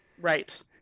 Right